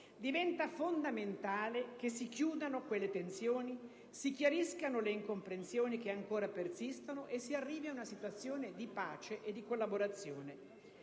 diventa fondamentale che si chiudano quelle tensioni, si chiariscano le incomprensioni che ancora persistono e si arrivi ad una situazione di pace e di collaborazione